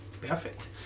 Perfect